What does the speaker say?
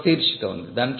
ఇక్కడ ఒక శీర్షిక ఉంది